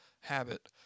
habit